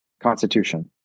Constitution